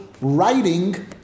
writing